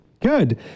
Good